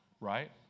Right